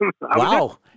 Wow